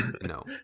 No